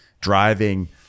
driving